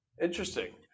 Interesting